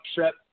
upset